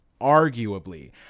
arguably